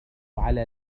على